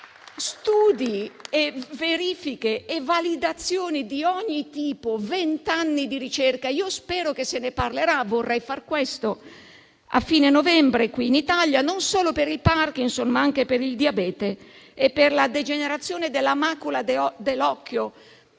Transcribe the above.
studi, verifiche e validazioni di ogni tipo in vent'anni di ricerca. Io spero che se ne parlerà - vorrei far questo - a fine novembre qui in Italia, non solo per il morbo di Parkinson, ma anche per il diabete e per la degenerazione della macula dell'occhio.